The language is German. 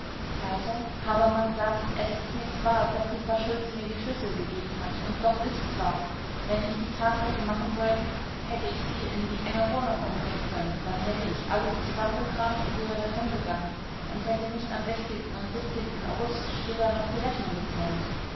weiter habermann sagt es ist nix wahr daß die frau schultze mir die schlüssel gegeben hat und doch ist's wahr wenn ich die tat hätte machen wollen hätte ich sie in die enge wohnung umbringen können dann hätte ich alles zusammengekramt und wäre davongegangen und hätte nicht am und august stiller noch die rechnung bezahlt